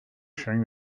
sharing